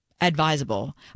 advisable